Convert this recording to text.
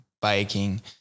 biking